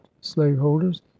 slaveholders